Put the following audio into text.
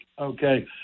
okay